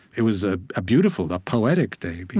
it was ah a beautiful, a poetic day, but